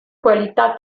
qualità